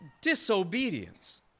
disobedience